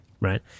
right